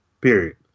period